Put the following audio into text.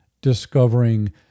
discovering